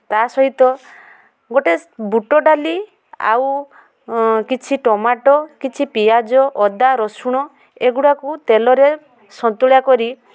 ତା'ସହିତ ଗୋଟେ ବୁଟ ଡାଲି ଆଉ କିଛି ଟମାଟୋ କିଛି ପିଆଜ ଅଦା ରସୁଣ ଏଗୁଡ଼ାକୁ ତେଲରେ ସନ୍ତୁଳା କରି